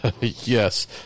yes